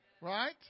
right